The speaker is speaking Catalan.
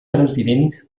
president